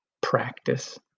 practice